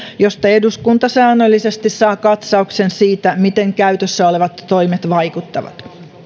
jossa eduskunta säännöllisesti saa katsauksen siitä miten käytössä olevat toimet vaikuttavat